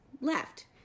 left